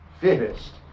finished